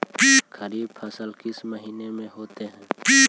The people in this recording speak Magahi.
खरिफ फसल किस महीने में होते हैं?